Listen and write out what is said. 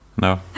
No